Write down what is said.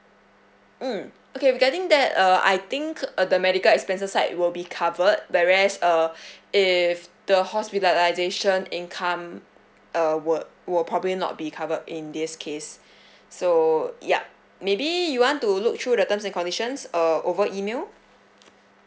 mm okay regarding that uh I think uh the medical expenses side will be covered whereas uh if the hospitalization income err will will probably not be covered in this case so yup maybe you want to look through the terms and conditions err over email